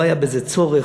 לא היה בזה צורך.